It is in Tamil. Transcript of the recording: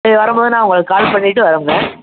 சரி வரும்போது நான் உங்களுக்கு கால் பண்ணிட்டு வர்றமுங்க